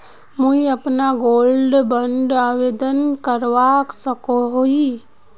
मुई अपना gold bond आवेदन करवा सकोहो ही?